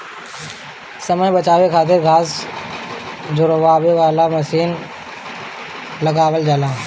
समय बचावे खातिर घास झुरवावे वाला मशीन लगावल जाला